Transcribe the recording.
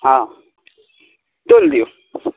हँ तोलि दिऔ